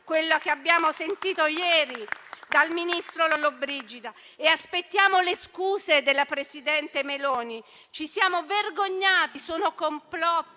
quello che abbiamo sentito ieri dal ministro Lollobrigida e aspettiamo le scuse della presidente Meloni. Ci siamo vergognati: sono complotti